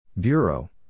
Bureau